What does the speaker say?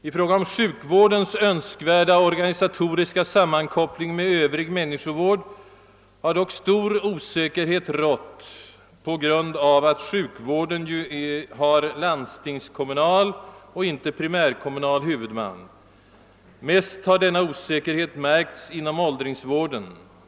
I fråga om sjukvårdens önskvärda organisatoriska sammankoppling med övrig människovård har dock stor osäkerhet rått på grund av att sjukvården ju har landstingskommunal, inte primärkommunal huvudman. Mest har denna osäkerhet märkts inom åldringsvården.